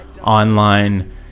online